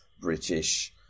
British